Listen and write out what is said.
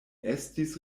estis